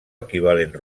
equivalent